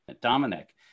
Dominic